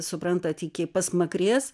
suprantat iki pasmakrės